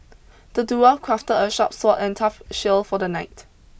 the dwarf crafted a sharp sword and a tough shield for the knight